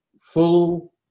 full